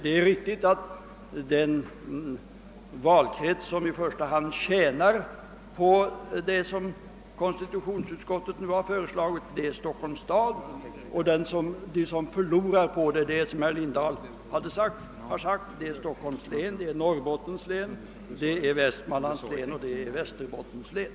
Det är riktigt att den valkrets som i första hand tjänar på konstitutionsutskottets förslag är Stockholms stad, medan de som förlorar på det är — som herr Lindahl framhöll — Stockholms, Norrbottens, Västmanlands och Västerbottens län.